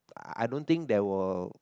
I don't think they will